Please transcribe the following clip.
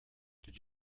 did